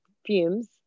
fumes